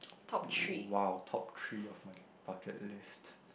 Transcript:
!wow! top three of my bucket list